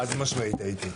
חד משמעית הייתי.